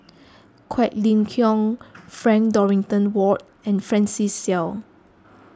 Quek Ling Kiong Frank Dorrington Ward and Francis Seow